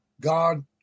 God